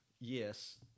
Yes